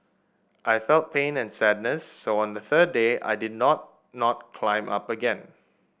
I felt pain and sadness so on the third day I did not not climb up again